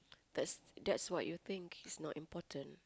that's that's what you think it's not important